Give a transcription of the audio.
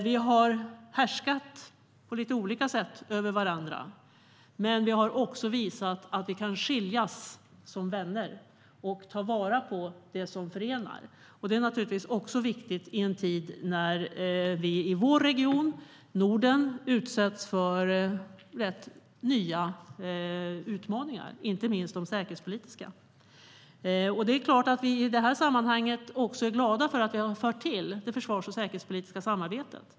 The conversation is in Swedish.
Vi har härskat över varandra på lite olika sätt. Men vi har också visat att vi kan skiljas som vänner och ta vara på det som förenar. Det är viktigt i en tid då vår region, Norden, utsätts för nya utmaningar, inte minst säkerhetspolitiskt. I det sammanhanget är vi också glada för det som vi har tillfört det försvars och säkerhetspolitiska samarbetet.